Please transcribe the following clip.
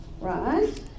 right